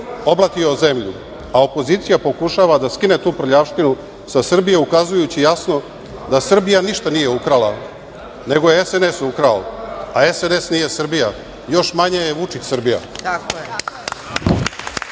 oblatio zemlju, a opozicija pokušava da skine tu prljavštinu sa Srbije ukazujući jasno da Srbija ništa nije ukrala, nego je SNS ukrao, a SNS nije Srbija, a još manje je Vučić